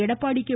Edappadi K